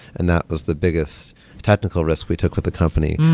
and that was the biggest technical risk we took with the company.